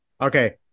okay